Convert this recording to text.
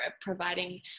providing